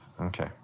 Okay